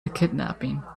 kidnapping